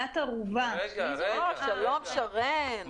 -- שלום, שרן.